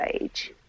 age